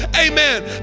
amen